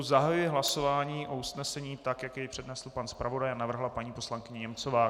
Zahajuji hlasování o usnesení, tak jak jej přednesl pan zpravodaj a navrhla paní poslankyně Němcová.